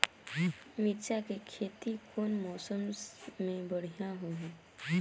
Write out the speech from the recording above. मिरचा के खेती कौन मौसम मे बढ़िया होही?